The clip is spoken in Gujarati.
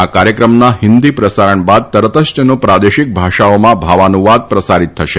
આ કાર્યક્રમના હિંદી પ્રસારણ બાદ તરત જ તેનો પ્રાદેશિક ભાષાઓમાં ભાવાનુવાદ પ્રસારીત થશે